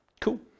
Cool